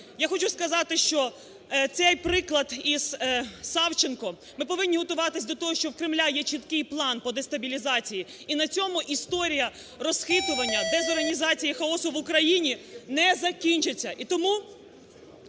я хочу сказати, що цей приклад із Савченко, ми повинні готуватися до того, що в Кремля є чіткий план по дестабілізації і на цьому історія розхитування дезорганізації хаосу в Україні не закінчиться.